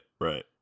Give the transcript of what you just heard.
right